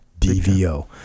DVO